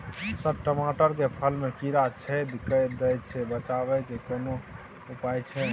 Sir टमाटर के फल में कीरा छेद के दैय छैय बचाबै के केना उपाय छैय?